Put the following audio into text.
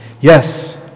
Yes